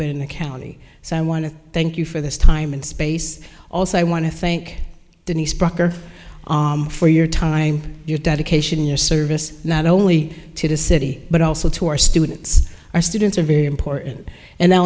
but in the county so i want to thank you for this time and space also i want to thank denise brucker for your time your dedication your service not only to the city but also to our students our students are very important and